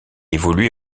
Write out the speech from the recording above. évoluait